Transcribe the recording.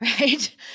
Right